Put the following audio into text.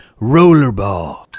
rollerball